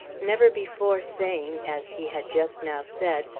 never before saying, as he had just now said,